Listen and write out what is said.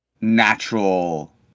natural